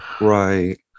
Right